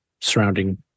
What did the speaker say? surrounding